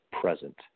present